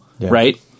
Right